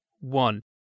one